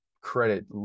credit